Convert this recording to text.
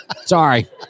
Sorry